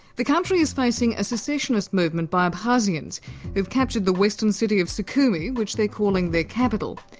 the country is facing a secessionist movement by abkhazians who've captured the western city of sukhumi which they're calling their capital.